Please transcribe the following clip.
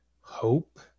hope